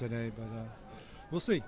today will see